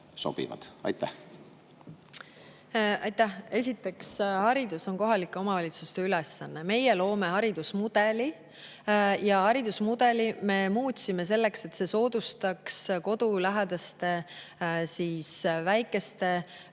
riigid. Aitäh! Esiteks, haridus on kohalike omavalitsuste ülesanne, meie loome haridusmudeli. Haridusmudelit me muutsime selleks, et see soodustaks kodulähedaste väikeste